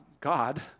God